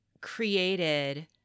created